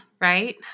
right